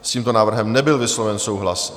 S tímto návrhem nebyl vysloven souhlas.